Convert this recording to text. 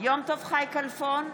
יום טוב חי כלפון,